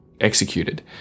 executed